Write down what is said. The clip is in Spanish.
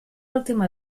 última